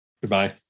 Goodbye